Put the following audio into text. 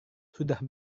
sudah